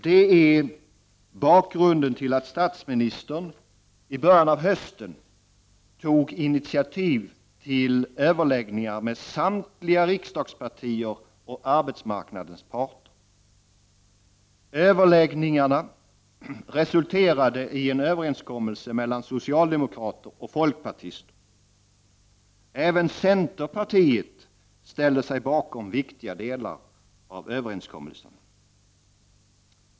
Detta är bakgrunden till att statsministern i början av hösten tog initiativ till överläggningar med samtliga riksdagspartier och med arbetsmarknadens parter. Överläggningarna resulterade i en överenskommelse mellan socialdemokrater och folkpartister. Även centerpartiet ställde sig bakom viktiga delar av överenskommelsen.